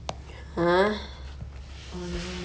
orh 五 I mean 这样多 options